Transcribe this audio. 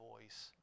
voice